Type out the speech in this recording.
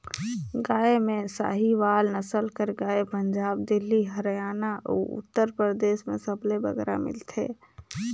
गाय में साहीवाल नसल कर गाय पंजाब, दिल्ली, हरयाना अउ उत्तर परदेस में सबले बगरा मिलथे